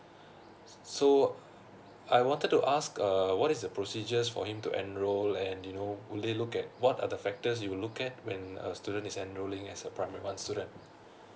so I wanted to ask uh what is the procedures for him to enrol and you know only look at what are the factors you will look at when a student is enrolling as a primary one student